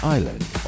Island